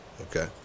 Okay